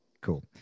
Cool